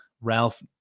Ralph